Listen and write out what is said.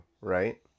right